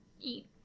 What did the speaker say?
eat